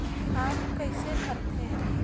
Form कइसे भरते?